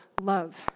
love